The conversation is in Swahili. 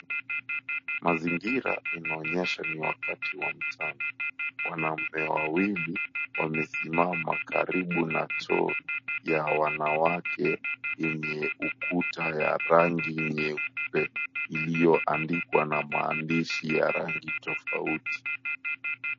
Mazingira inaonyesha ni wakati wa mchana. Wanaume wawili wamesimama karibu na choo ya wanawake yenye ukuta ya rangi nyeupe iliyoandikwa na maandishi ya rangi tofauti.